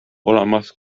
olemas